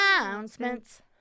announcements